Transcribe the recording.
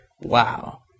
Wow